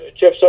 Jeff